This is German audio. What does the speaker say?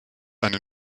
eine